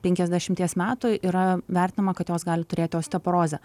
penkiasdešimties metų yra vertinama kad jos gali turėti osteoporozę